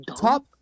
top